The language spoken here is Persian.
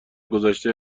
گذشته